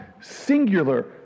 singular